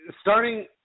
starting